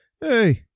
hey